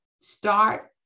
Start